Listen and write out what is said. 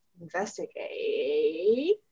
Investigate